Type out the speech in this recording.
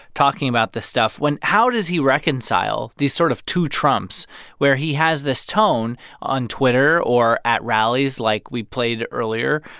talking about this stuff when how does he reconcile these sort of two trumps where he has this tone on twitter or at rallies, like we played earlier,